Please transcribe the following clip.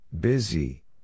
Busy